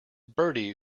bertie